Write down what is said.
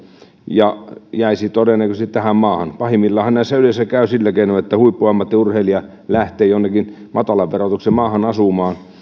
ja jäisi todennäköisesti tähän maahan pahimmillaanhan näissä yleensä käy sillä keinoin että huippuammattiurheilija lähtee jonnekin matalan verotuksen maahan asumaan